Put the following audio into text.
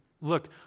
Look